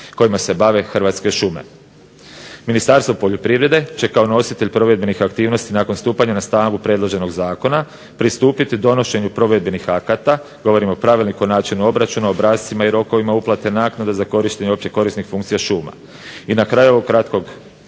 kojima se bave Hrvatske šume. Ministarstvo poljoprivrede će kao nositelj provedbenih aktivnosti nakon stupanja na snagu predloženog zakona pristupiti donošenje provedbenih akata, govorim o Pravilniku o način obračuna, obrascima i rokovima uplate naknada za korištenje opće korisnih funkcija šuma. I na kraju ovog kratkog